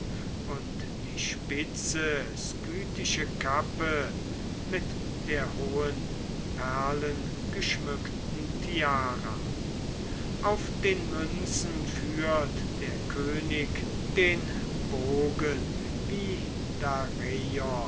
und die spitze skythische kappe mit der hohen perlengeschmückten tiara auf den münzen führt der könig den bogen wie